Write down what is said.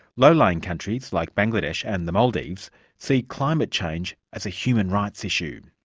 low-lying countries like bangladesh and the maldives see climate change as a human rights issue.